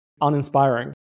uninspiring